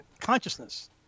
consciousness